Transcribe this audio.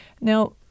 now